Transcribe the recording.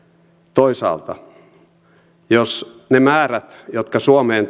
toisaalta jos ne määrät turvapaikanhakijoita jotka suomeen